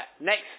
next